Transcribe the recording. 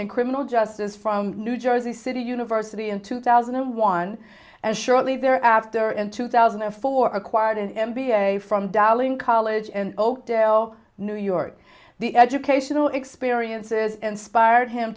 in criminal justice from new jersey city university in two thousand and one and shortly thereafter in two thousand and four acquired an m b a from dowling college and oakdale new york the educational experiences inspired him